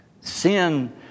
Sin